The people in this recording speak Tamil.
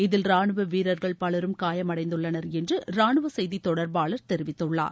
இதில் ராணுவ வீரர்கள் பலரும் காயமடைந்துள்ளனர் என்று ராணுவ செய்தித் தொடர்பாளர் தெரிவித்துள்ளார்